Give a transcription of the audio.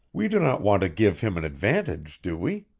we do not want to give him an advantage, do we?